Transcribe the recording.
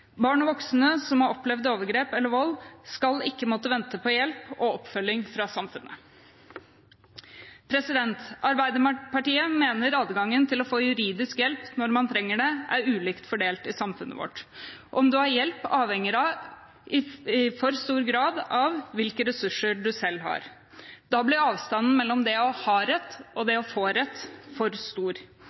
Barn og voksne som har opplevd overgrep eller vold, skal ikke måtte vente på hjelp og oppfølging fra samfunnet. Arbeiderpartiet mener adgangen til å få juridisk hjelp når man trenger, det er ulikt fordelt i samfunnet vårt. Om du får hjelp, avhenger i for stor grad av hvilke ressurser du selv har. Da blir avstanden mellom det å ha rett og det å få rett for stor.